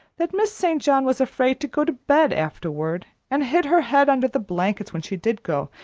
that miss st. john was afraid to go to bed afterward, and hid her head under the blankets when she did go,